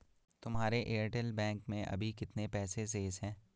तुम्हारे Airtel bank में अभी कितने पैसे शेष हैं?